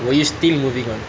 were you still moving on